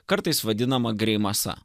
kartais vadinama grimasa